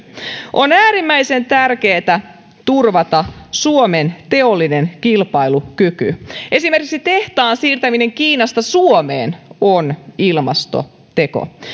on äärimmäisen tärkeätä turvata suomen teollinen kilpailukyky esimerkiksi tehtaan siirtäminen kiinasta suomeen on ilmastoteko